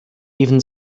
even